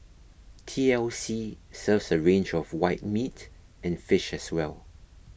T L C serves a range of white meat and fish as well